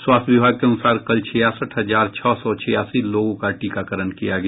स्वास्थ्य विभाग के अनुसार कल छियासठ हजार छह सौ छियासी लोगों का टीकाकरण किया गया